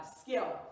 skill